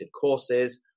courses